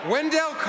Wendell